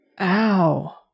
Ow